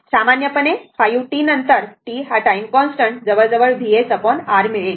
सामान्यपणे 5 τ नंतर τ हा टाइम कॉन्स्टन्ट हा जवळजवळ VsR मिळेल